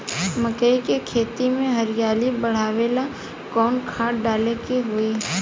मकई के खेती में हरियाली बढ़ावेला कवन खाद डाले के होई?